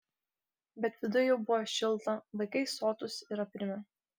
bet viduj jau buvo šilta vaikai sotūs ir aprimę